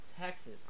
Texas